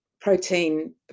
protein